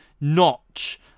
notch